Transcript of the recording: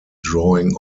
drawing